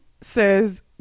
says